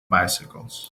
bicycles